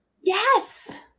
Yes